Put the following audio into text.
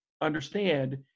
understand